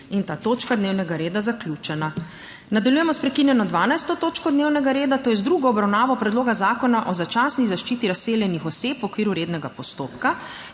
in ta točka dnevnega reda zaključena. Nadaljujemo s prekinjeno 12. točko dnevnega reda, to je z drugo obravnavo Predloga zakona o začasni zaščiti razseljenih oseb v okviru rednega postopka.